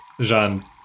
Jean